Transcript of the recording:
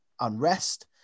unrest